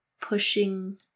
pushing